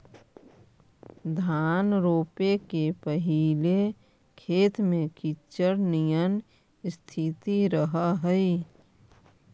धान रोपे के पहिले खेत में कीचड़ निअन स्थिति रहऽ हइ